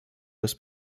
this